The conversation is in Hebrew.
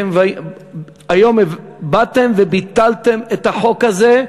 היום באתם וביטלתם את החוק הזה.